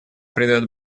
придает